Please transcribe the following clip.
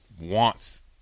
wants –